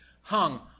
hung